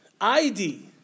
id